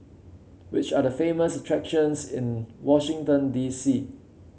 which are the famous attractions in Washington D C